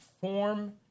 form